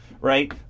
right